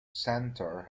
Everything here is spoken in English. center